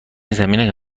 زمینه